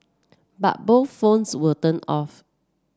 but both phones were turned off